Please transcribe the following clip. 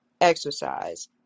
Exercise